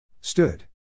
Stood